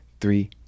three